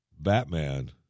Batman